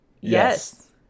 Yes